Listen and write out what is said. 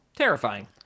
terrifying